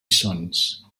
sons